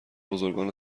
بزرگان